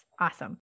awesome